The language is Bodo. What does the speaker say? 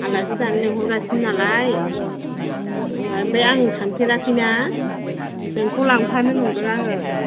आलासि जानो लिंहरगासिनो नालाय बेवहाय ओमफ्राय आं थांफेराखै ना नोंखौ लांफानो नंदों आङो